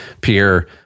Pierre